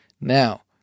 Now